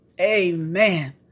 Amen